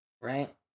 right